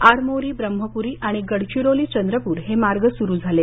आरमोरी ब्रम्हप्री आणि गडचिरोली चंद्रप्र हे मार्ग सुरु झाले